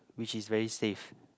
which is very safe